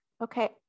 okay